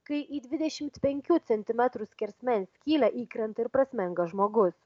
kai į dvidešimt penkių centimetrų skersmens skylę įkrenta ir prasmenga žmogus